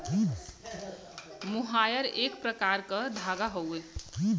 मोहायर एक प्रकार क धागा हउवे